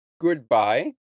goodbye